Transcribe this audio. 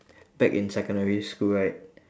back in secondary school right